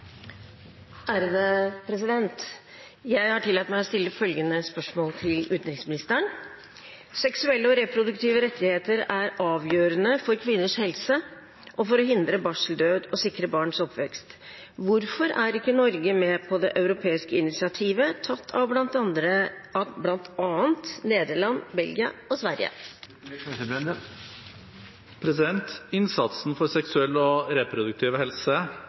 til utenriksministeren: «Seksuelle og reproduktive rettigheter er avgjørende for kvinners helse og for å hindre barseldød og sikre barns oppvekst. Hvorfor er ikke Norge med på det europeiske initiativet, tatt av blant annet Nederland, Belgia og Sverige?» Innsatsen for seksuell og reproduktiv helse